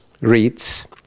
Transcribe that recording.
reads